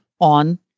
on